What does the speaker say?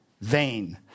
vain